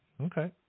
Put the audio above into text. Okay